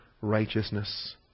righteousness